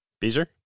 Beezer